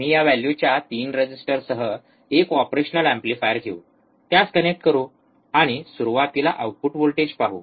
आम्ही या व्हॅल्यूच्या 3 रेजिस्टरसह एक ऑपरेशनल एम्प्लीफायर घेऊ त्यास कनेक्ट करू आणि सुरुवातीला आउटपुट व्होल्टेज पाहू